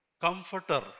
comforter